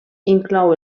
inclou